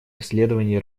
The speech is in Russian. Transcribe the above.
исследований